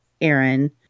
aaron